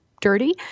dirty